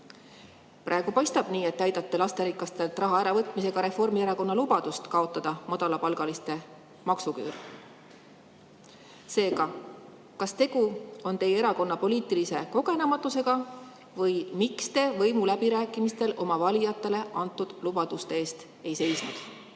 Praegu paistab nii, et te täidate lasterikastelt peredelt raha äravõtmisega Reformierakonna lubadust kaotada madalapalgaliste maksuküür. Seega: kas tegu on teie erakonna poliitilise kogenematusega või miks te võimuläbirääkimistel oma valijatele antud lubaduste eest ei seisnud?